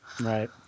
Right